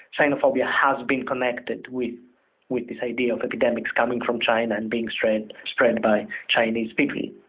sinophobia has been connected with with this idea of epidemics coming from china and being spread spread and by chinese people.